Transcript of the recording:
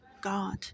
God